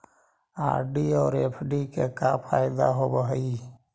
RD और FD के का फायदा होव हई?